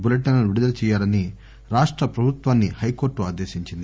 బులెటిన్లను విడుదల చేయాలని తెలంగాణ ప్రభుత్వాన్ని హైకోర్టు ఆదేశించింది